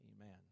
Amen